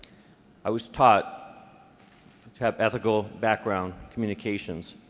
i was taught to have ethical background communications.